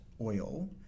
oil